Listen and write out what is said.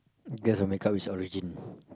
guess or make up it's origin